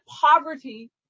poverty